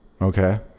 Okay